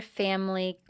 family